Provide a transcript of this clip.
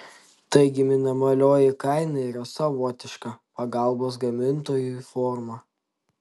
taigi minimalioji kaina yra savotiška pagalbos gamintojui forma